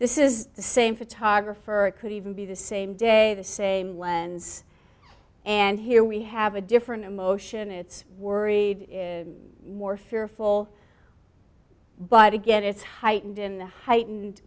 this is the same photographer it could even be the same day the same lens and here we have a different emotion it's worried more fearful but again it's heightened in the heightened